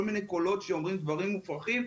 כל מיני קולות שאומרים דברים מופרכים.